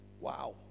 Wow